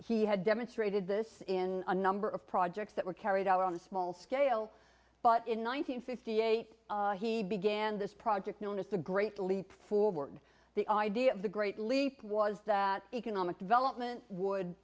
he had demonstrated this in a number of projects that were carried out on a small scale but in one hundred fifty eight he began this project known as the great leap forward the idea of the great leap was that economic development would